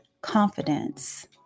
confidence